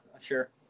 sure